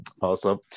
Awesome